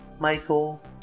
Michael